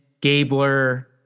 Gabler